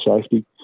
safety